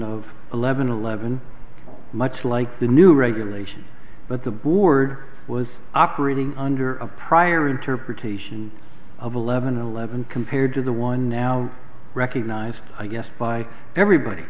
of eleven eleven much like the new regulation but the board was operating under a prior interpretation of eleven eleven compared to the one now recognized i guess by everybody